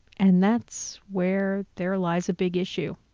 and that's where there lies a big issue.